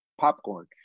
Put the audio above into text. popcorn